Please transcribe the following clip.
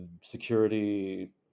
security